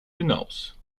hinaus